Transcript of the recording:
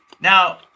now